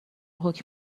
حکم